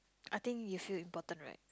I think you feel important right